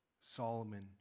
Solomon